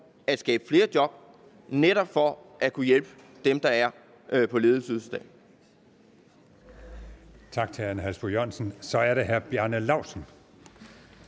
at skabe flere job for netop at kunne hjælpe dem, der er på ledighedsydelse